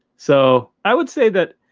so i would say that.